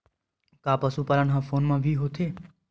का पशुपालन ह फोन म भी होथे?